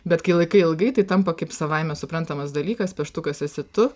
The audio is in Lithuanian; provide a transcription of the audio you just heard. bet kai laikai ilgai tai tampa kaip savaime suprantamas dalykas pieštukas esi tu